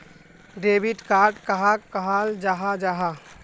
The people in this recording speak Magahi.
डेबिट कार्ड कहाक कहाल जाहा जाहा?